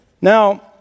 Now